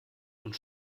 und